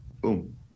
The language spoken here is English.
boom